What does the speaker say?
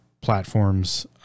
platforms